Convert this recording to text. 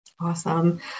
Awesome